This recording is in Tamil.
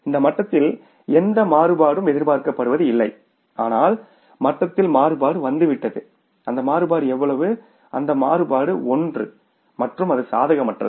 இந்த மட்டத்தில் எந்த மாறுபாடும் எதிர்பார்க்கப்படுவதில்லை ஆனால் இந்த மட்டத்தில் மாறுபாடு வந்துவிட்டது அந்த மாறுபாடு எவ்வளவு அந்த மாறுபாடு 1 மற்றும் அது சாதகமற்றது